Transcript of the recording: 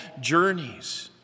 journeys